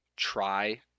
try